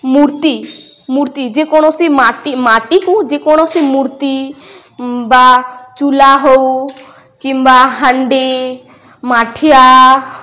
ମୂର୍ତ୍ତି ମୂର୍ତ୍ତି ଯେକୌଣସି ମାଟି ମାଟିକୁ ଯେକୌଣସି ମୂର୍ତ୍ତି ବା ଚୁଲା ହଉ କିମ୍ବା ହାଣ୍ଡି ମାଠିଆ